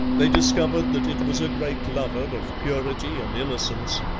they discovered that it was a great lover of purity and innocence,